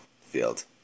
field